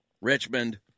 Richmond